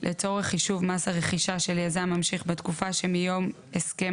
לצורך חישוב מס הרכישה של יזם ממשיך בתקופה שמיום הסכם